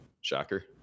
Shocker